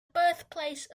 birthplace